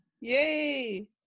Yay